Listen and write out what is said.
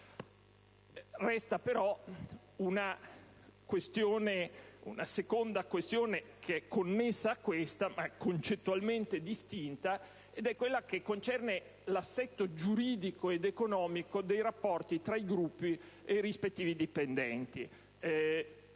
Resta però una seconda questione (connessa a questa, ma concettualmente distinta) che concerne l'assetto giuridico ed economico dei rapporti tra i Gruppi e i rispettivi dipendenti.